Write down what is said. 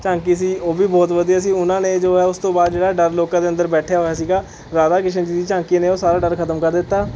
ਝਾਕੀ ਸੀ ਉਹ ਵੀ ਬਹੁਤ ਵਧੀਆ ਸੀ ਉਹਨਾਂ ਨੇ ਜੋ ਹੈ ਉਸ ਤੋਂ ਬਾਅਦ ਜਿਹੜਾ ਡਰ ਲੋਕਾਂ ਦੇ ਅੰਦਰ ਬੈਠਿਆ ਹੋਇਆ ਸੀ ਰਾਧਾ ਕ੍ਰਿਸ਼ਨ ਜੀ ਦੀ ਝਾਕੀ ਨੇ ਉਹ ਸਾਰਾ ਡਰ ਖਤਮ ਕਰ ਦਿੱਤਾ